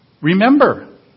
Remember